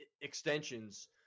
Extensions